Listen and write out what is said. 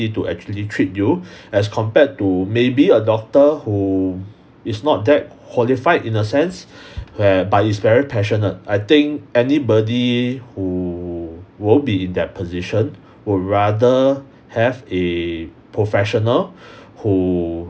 to actually treat you as compared to maybe a doctor who is not that qualified in a sense where but is very passionate I think anybody who will be in that position would rather have a professional who